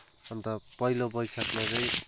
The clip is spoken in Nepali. अन्त पहिलो वैशाखमा चाहिँ